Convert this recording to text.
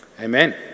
Amen